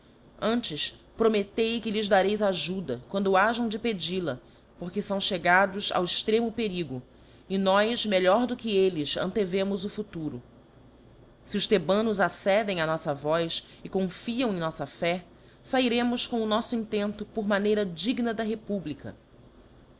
antes promettei que lhes dareis ajuda quando hajam de pedil-a porque fão chegados ao extremo perigo e nós melhor do que elles antevemos o futuro se os thebanos accedem á noffa voz e confiam em noífa fé fairemos com o noíto intento por maneira digna da republica